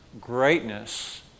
greatness